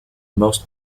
most